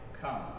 Come